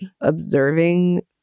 observing